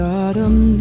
autumn